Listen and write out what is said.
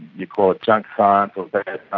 you call it junk science or bad